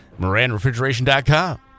MoranRefrigeration.com